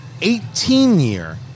18-year